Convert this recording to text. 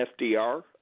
FDR